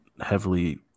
heavily